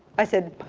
i said